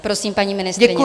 Prosím, paní ministryně.